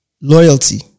Loyalty